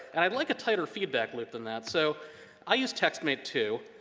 and i'd like a tighter feedback loop than that. so i use text mate two,